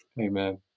amen